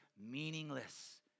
meaningless